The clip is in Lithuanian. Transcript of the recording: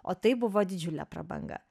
o tai buvo didžiulė prabanga